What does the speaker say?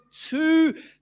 two